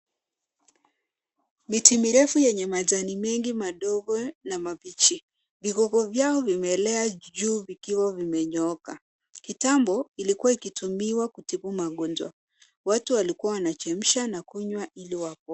Miti mirefu yenye majani mengi madogo na mabichi. Vigogo vyao vimeelea juu vikiwa vimenyooka. Kitambo, ilikua ikitumiwa kutibu magonjwa. Watu walikua wanachemsha na kunywa ili wapone.